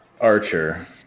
Archer